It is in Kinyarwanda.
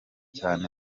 cyane